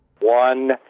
One